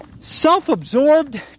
self-absorbed